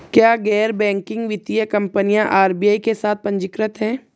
क्या गैर बैंकिंग वित्तीय कंपनियां आर.बी.आई के साथ पंजीकृत हैं?